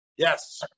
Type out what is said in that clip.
Yes